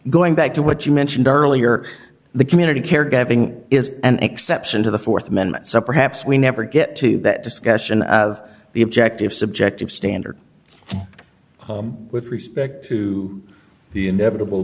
going back to what you mentioned earlier the community caregiving is an exception to the th amendment some perhaps we never get to that discussion of the objective subjective standard with respect to the inevitable